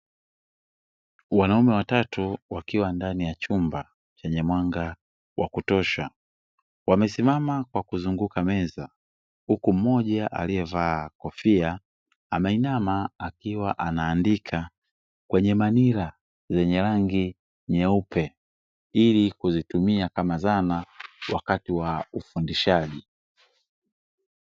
Wanaume watatu wakiwa ndani ya chumba chenye mwanga wa kutosha wamesimama kwa kuzunguka meza, huku moja aliyevaa kofia ameinama akiwa anaandika kwenye manila lenye rangi nyeupe, ili kuzitumia kama zana wakati wa ufundishaji.